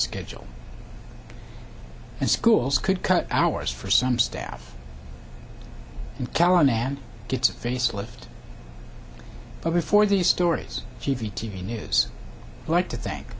schedule and schools could cut hours for some staff and callahan gets a facelift but before these stories t v t v news like to thank